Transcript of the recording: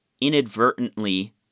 inadvertently